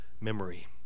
memory